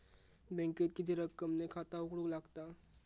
बँकेत किती रक्कम ने खाता उघडूक लागता?